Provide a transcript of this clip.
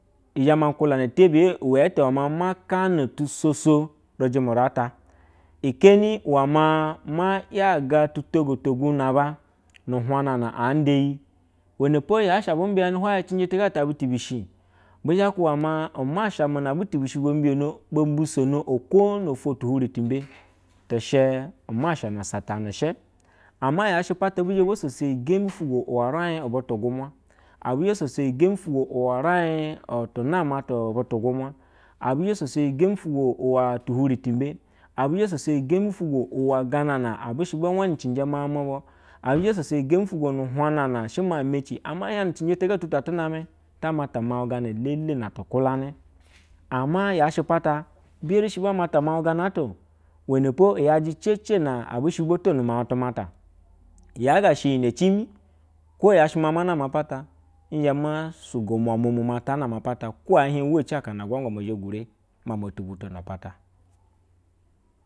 Izhe ma hulana tebiya uwete me maa kana tusoso regime rata, iheni uwa maa ma yaga tu togotonabu nu hyena anda iyi uuyenepo yas abu babiyana cinje tugata atwa shi, bu zha tuba umasha butu shi bo bisono oho no to tuhen tu mbe, tishe uma sha me sha mu salanishe ama yashe pata bi zhebo shiso iyi gembe uwe rai butu gumna abi zhe bo soso yi gembi ewo tu hevi tumbe bisosoyi gembi fu uwa gana na abushe ba wanne cinjemawu mubu ebi xhe bososo uhenna she ma meci ama ehire na cinje tuga tutu a name, ta mata mawulu gana elele una tu hulane ama yashi pata bi eriba mata mawu gana, too uwene pos yaje ceca abu shɛ boto na. Na mawu tumata iya ga yine cima no yashe maa manama apata nzhe ma sugo mnamua mu ma ta nama apata hoe hiran waci hana agulagwa zhe gure tuna tumuname apata.